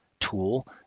tool